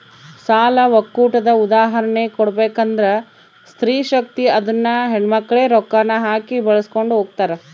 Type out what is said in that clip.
ಸಾಲ ಒಕ್ಕೂಟದ ಉದಾಹರ್ಣೆ ಕೊಡ್ಬಕಂದ್ರ ಸ್ತ್ರೀ ಶಕ್ತಿ ಅದುನ್ನ ಹೆಣ್ಮಕ್ಳೇ ರೊಕ್ಕಾನ ಹಾಕಿ ಬೆಳಿಸ್ಕೊಂಡು ಹೊಗ್ತಾರ